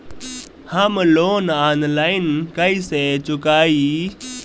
हम loan online कइसे चुकाई?